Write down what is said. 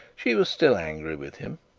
she was still angry with him,